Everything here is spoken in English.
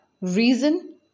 Reason